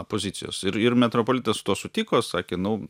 opozicijos ir ir metropolitas su tuo sutiko sakė nu